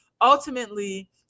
Ultimately